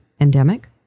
endemic